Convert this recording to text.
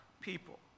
people